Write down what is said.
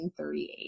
1938